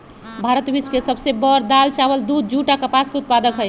भारत विश्व के सब से बड़ दाल, चावल, दूध, जुट आ कपास के उत्पादक हई